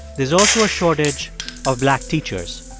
there's also a shortage of black teachers.